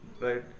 Right